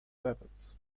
weapons